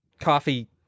coffee